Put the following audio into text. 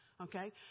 Okay